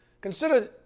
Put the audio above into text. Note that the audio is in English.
Consider